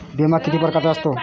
बिमा किती परकारचा असतो?